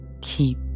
Keep